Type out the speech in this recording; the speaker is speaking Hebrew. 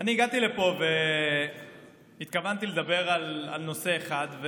אני הגעתי לפה והתכוונתי לדבר על נושא אחד,